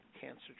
cancer